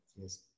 Yes